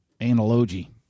analogy